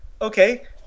Okay